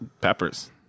Peppers